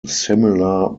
similar